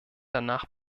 danach